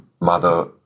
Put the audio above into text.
mother